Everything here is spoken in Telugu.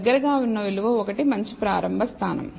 దగ్గరగా ఉన్న విలువ ఒకటి మంచి ప్రారంభ స్థానం